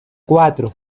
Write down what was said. cuatro